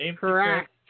Correct